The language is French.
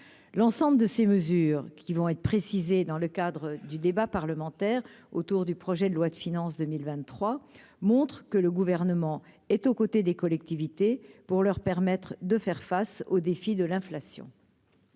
l'ensemble de ces mesures qui vont être précisées dans le cadre du débat parlementaire autour du projet de loi de finances 2023 montre que le gouvernement est aux côtés des collectivités pour leur permettre de faire face aux défis de l'inflation.